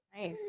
nice